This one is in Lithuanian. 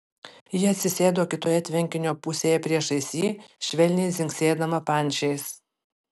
ji atsisėdo kitoje tvenkinio pusėje priešais jį švelniai dzingsėdama pančiais